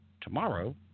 tomorrow